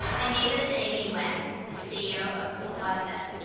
my name is amy wang, the ceo of selected.